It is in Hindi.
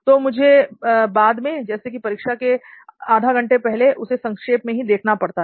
तो मुझे बाद में जैसे की परीक्षा से आधा घंटे पहले उसे संक्षेप में ही देखना पड़ता है